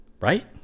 Right